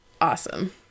Awesome